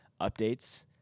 updates